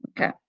Okay